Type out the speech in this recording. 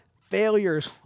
failures